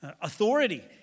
Authority